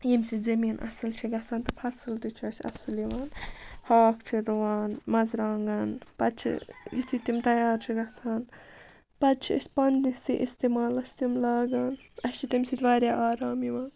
ییٚمہِ سۭتۍ زٔمیٖن اَصٕل چھِ گژھان تہٕ فصٕل تہِ چھُ اَسہِ اَصٕل یِوان ہاکھ چھِ رُوان مژٕرٛوانٛگَن پَتہٕ چھِ یُتھُے تِم تیار چھِ گژھان پَتہٕ چھِ أسۍ پنٛنِسٕے استعمالَس تِم لاگان اَسہِ چھُ تَمہِ سۭتۍ واریاہ آرام یِوان